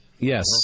Yes